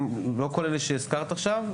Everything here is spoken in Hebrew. לא כל אלה שהזכרת עכשיו,